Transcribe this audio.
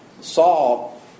Saul